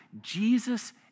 Jesus